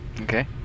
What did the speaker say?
Okay